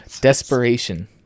Desperation